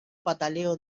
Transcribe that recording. pataleo